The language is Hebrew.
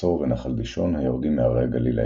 חצור ונחל דישון היורדים מהרי הגליל העליון.